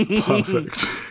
Perfect